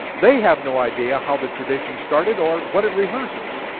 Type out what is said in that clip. they have no idea how the tradition started or what it rehearses,